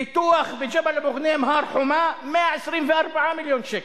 פיתוח בג'בל-אבו-ע'נים, הר-חומה, 124 מיליון שקל,